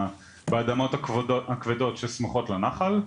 באדמות הכבדות שסמוכות לנחל.